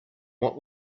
what